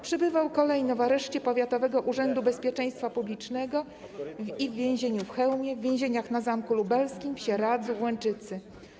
Przebywał kolejno w areszcie powiatowego urzędu bezpieczeństwa publicznego i w więzieniu w Chełmie, w więzieniach na Zamku Lubelskim, w Sieradzu i Łęczycy.